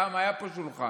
פעם היה פה שולחן.